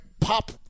pop